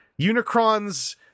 Unicron's